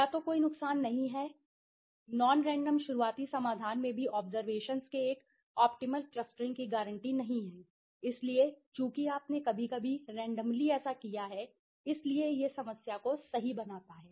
या तो कोई नुकसान है हां नॉन रैंडम शुरुआती समाधान में भी ऑब्जरवेशन्स के एक ऑप्टीमल क्लस्टरिंग की गारंटी नहीं है इसलिए चूंकि आपने कभी कभी रैंडम्ली ऐसा किया है इसलिए यह समस्या को सही बनाता है